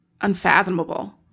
unfathomable